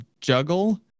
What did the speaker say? juggle